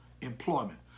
employment